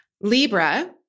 Libra